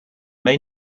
may